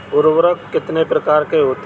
उर्वरक कितने प्रकार के होते हैं?